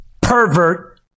pervert